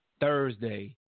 Thursday